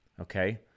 Okay